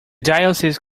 diocese